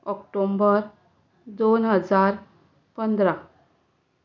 ऑक्टोबर दोन हजार पंदरा